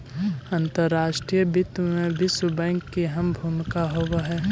अंतर्राष्ट्रीय वित्त में विश्व बैंक की अहम भूमिका होवअ हई